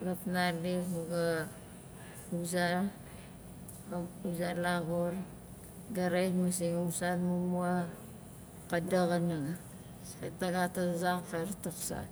ga fnalik ma ga uza ga uza laxur ga rain masing a musan mumua ka daxa nanga kait na gat a zan kait taksak